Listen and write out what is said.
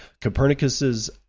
Copernicus's